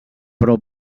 però